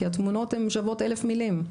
כי התמונות שוות אלף מילים.